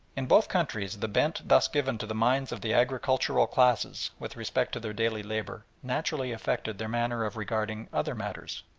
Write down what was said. in both countries the bent thus given to the minds of the agricultural classes with respect to their daily labour naturally affected their manner of regarding other matters.